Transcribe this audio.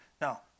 now